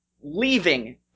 leaving